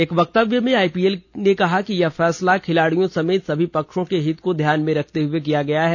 एक वक्तव्य में आईपीएल ने कहा है कि यह फैसला खिलाडियों समेत सभी पक्षों के हित को ध्यान में रखते हुए किया गया है